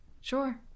Sure